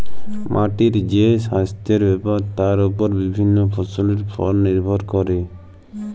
মাটির যে সাস্থের ব্যাপার তার ওপর বিভিল্য ফসলের ফল লির্ভর ক্যরে